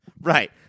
right